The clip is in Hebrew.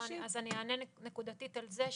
אני אענה נקודתית על זה.